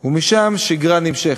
ומשם, שגרה נמשכת.